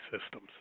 systems